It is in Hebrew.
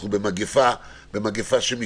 אנחנו במגפה שמשתנה.